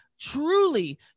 truly